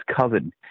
Coven